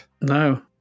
no